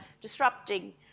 disrupting